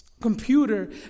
computer